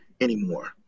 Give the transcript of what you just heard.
anymore